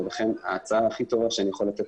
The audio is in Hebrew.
לכן ההצעה הכי טובה שאני יכול לתת